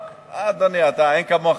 אדוני, אין כמוך